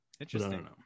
Interesting